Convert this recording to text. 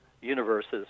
universes